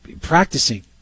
practicing